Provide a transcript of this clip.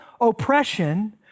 oppression